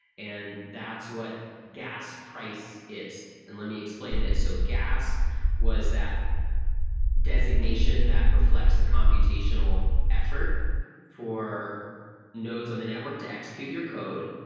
and that's what gas price is. and let me explain this. so gas was that designation that reflects the computational effort for nodes on the network to execute your code,